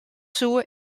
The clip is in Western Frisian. soe